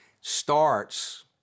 starts